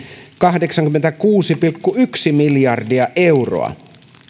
kahdeksankymmentäkuusi pilkku yksi miljardia euroa